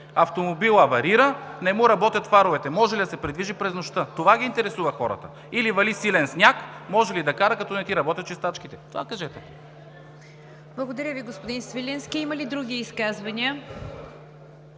автомобилът аварира, не му работят фаровете, може ли да се придвижи през нощта? Това ги интересува хората. Или вали силен сняг – може ли да кара, като не му работят чистачките?! Това кажете! ПРЕДСЕДАТЕЛ НИГЯР ДЖАФЕР: Благодаря Ви, господин Свиленски. Има ли други изказвания?